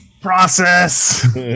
Process